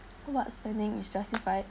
what spending is justified